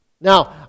Now